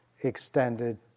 extended